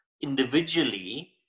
individually